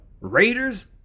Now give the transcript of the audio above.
raiders